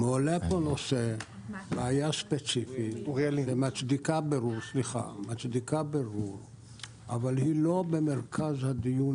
עולה פה בעיה ספציפי שמצדיקה בירור אבל היא לא במרכז הדיון